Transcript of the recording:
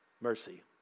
mercy